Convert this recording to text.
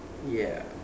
ya